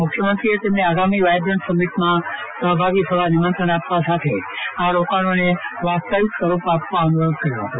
મુખ્યમંત્રી એ તેમને આગામી વાયબ્રન્ટ સમિટ માં સહભાગી થવા નિમંત્રણ આપવા સાથે આ રોકાજ્ઞો ને વાસ્તવિક સ્વરૂપ આપવા અનુરોધ કર્યો હતો